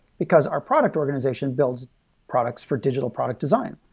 because our product organization builds products for digital product design.